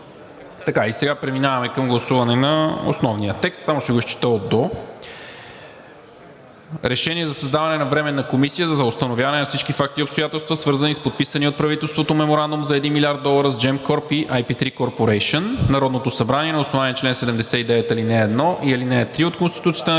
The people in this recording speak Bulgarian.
И сега преминаваме към гласуване на основния текст. Само ще го изчета от – до: „Проект! РЕШЕНИЕ за създаване на Временна комисия за установяване на всички факти и обстоятелства, свързани с подписания от правителството меморандум за 1 млрд. долара с Gеmcorp и IP3 Corporation Народното събрание на основание чл. 79, ал. 1 и ал. 3 от Конституцията на